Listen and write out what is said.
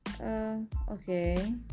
Okay